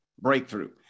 breakthrough